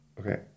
okay